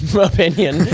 opinion